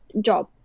job